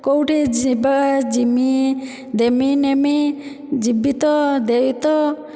କେଉଁଠି ଯିବା ଯିମି ଦେମି ନେମି ଯିବି ତ ଦେ ତ